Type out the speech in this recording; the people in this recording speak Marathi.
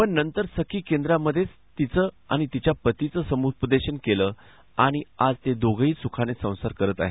पण नंतर सखी केंद्रामध्येच तीचं आणि तिच्या पतीचं समुपदेशन केलं आणि आज ते दोघेही सुखाने संसार करत आहेत